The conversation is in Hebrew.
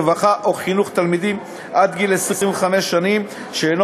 רווחה או חינוך תלמידים עד גיל 25 שנים שאינו